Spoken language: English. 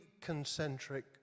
concentric